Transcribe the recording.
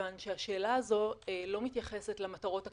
כיוון שהשאלה הזאת לא מתייחסת למטרות הכלליות,